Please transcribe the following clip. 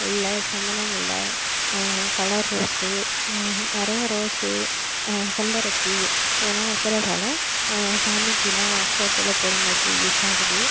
முல்லை சந்தன முல்லை colour rose நெறைய ரோஸ் செம்பருத்தி இதெல்லாம் வைக்கிறதால் சாமிக்கெலாம் ஃபோட்டோவில் போடும் போது யூஸ் ஆகுது